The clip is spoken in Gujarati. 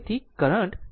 તેથી કરંટ 0